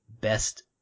Best